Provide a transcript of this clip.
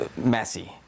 Messi